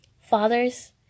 Fathers